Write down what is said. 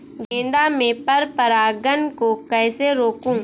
गेंदा में पर परागन को कैसे रोकुं?